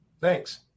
Thanks